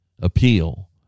appeal